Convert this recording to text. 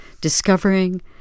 discovering